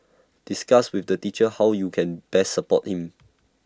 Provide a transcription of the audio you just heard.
discuss with the teacher how you can best support him